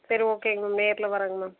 சரி ஓகேங்க மேம் நேரில் வரேங்க மேம்